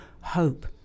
hope